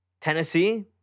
Tennessee